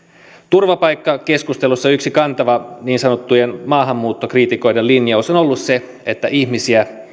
turvapaikkakeskustelussa yksi kantava niin sanottujen maahanmuuttokriitikoiden lin jaus on ollut se että ihmisiä